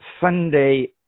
Sunday